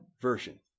version